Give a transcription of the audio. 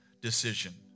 decision